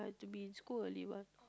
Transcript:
to be in school early what